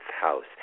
house